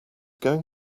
going